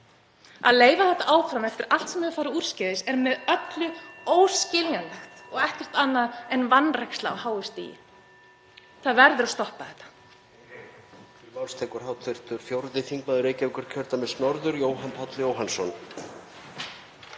Að leyfa þetta áfram eftir allt sem hefur farið úrskeiðis er með öllu (Forseti hringir.) óskiljanlegt og ekkert annað en vanræksla á háu stigi. Það verður að stoppa þetta.